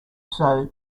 sow